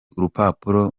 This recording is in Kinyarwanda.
urupapuro